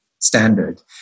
standard